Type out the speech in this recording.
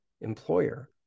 employer